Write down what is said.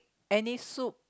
any soup